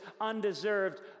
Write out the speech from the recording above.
undeserved